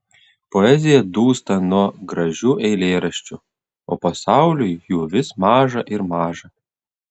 poezija dūsta nuo gražių eilėraščių o pasauliui jų vis maža ir maža